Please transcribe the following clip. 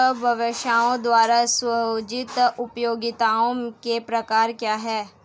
एक व्यवसाय द्वारा सृजित उपयोगिताओं के प्रकार क्या हैं?